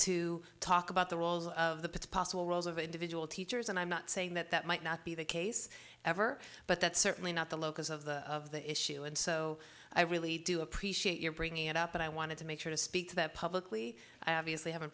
to talk about the roles of the possible roles of individual teachers and i'm not saying that that might not be the case ever but that's certainly not the locus of the of the issue and so i really do appreciate your bringing it up but i wanted to make sure to speak to that publicly i obviously haven't